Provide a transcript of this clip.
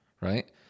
right